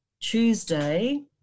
Tuesday